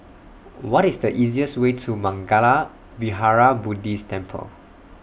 What IS The easiest Way to Mangala Vihara Buddhist Temple